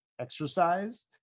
exercise